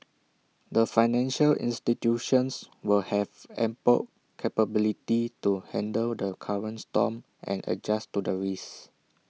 the financial institutions will have ample capability to handle the current storm and adjust to the risks